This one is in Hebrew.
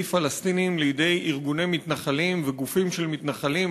פלסטינים לידי ארגוני מתנחלים וגופים של מתנחלים,